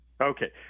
Okay